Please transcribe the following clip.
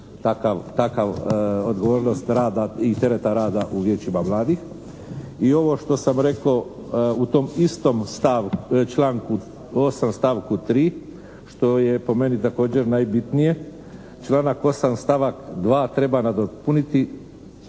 takvu odgovornost rada i tereta rada u vijećima mladih. I ovo što sam rekao u tom istom članku 8. stavku 3. što je po meni također najbitnije. Članak 8. stavak 3. treba u potpunosti